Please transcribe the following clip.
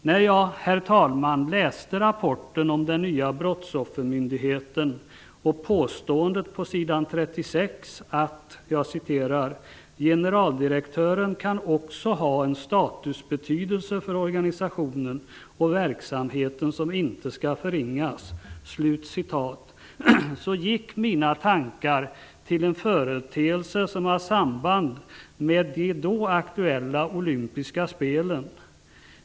Jag läste, herr talman, rapporten om den nya brottsoffermyndigheten och påståendet på s. 36 i denna: ''Generaldirektören kan också ha en statusbetydelse för organisationen och verksamheten som inte skall förringas''. Då gick mina tankar till en företeelse som har samband med de då aktuella olympiska spelen.